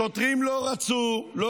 שוטרים לא רצו -- עדיין יש.